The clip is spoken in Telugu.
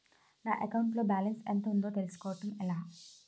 నా అకౌంట్ లో బాలన్స్ ఎంత ఉందో తెలుసుకోవటం ఎలా?